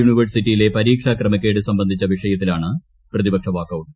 യൂണിവേഴ്സിറ്റിയില്ലെ പരീക്ഷാ ക്രമക്കേട് സംബന്ധിച്ച വിഷയത്തിലാണ് പ്രതിപക്ഷ വാക്കൌട്ട്